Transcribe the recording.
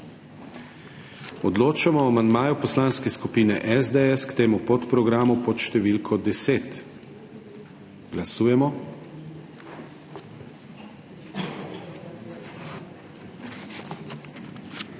Odločamo o amandmaju Poslanske skupine SDS k temu podprogramu pod številko 10. Glasujemo.